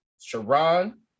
sharon